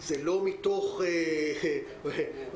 זה לא מתוך רוע,